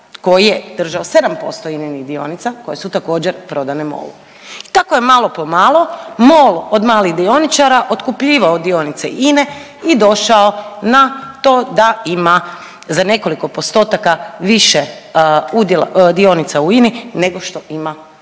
koji je držao 7% ININIH dionica koje su također prodane MOL-u. I tako je malo pomalo MOL od malih dioničara otkupljivao dionice INE i došao na to da ima za nekoliko postotaka više udjela, dionica u INI nego što ima Vlada